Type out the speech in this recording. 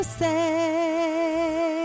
say